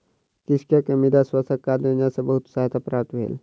कृषक के मृदा स्वास्थ्य कार्ड योजना सॅ बहुत सहायता प्राप्त भेल